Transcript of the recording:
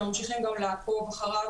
וממשיכים לעקוב אחריו,